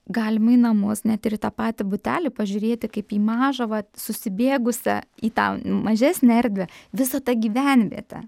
galimai namus net ir į tą patį butelį pažiūrėti kaip į mažą va susibėgusią į tau mažesnę erdvę visa ta gyvenvietė